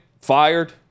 fired